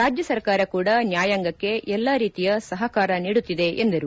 ರಾಜ್ಯ ಸರ್ಕಾರ ಕೂಡ ನ್ದಾಯಾಂಗಕ್ಕೆ ಎಲ್ಲಾ ರೀತಿಯ ಸಹಕಾರ ನೀಡುತ್ತಿದೆ ಎಂದರು